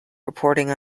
reporting